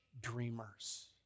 dreamers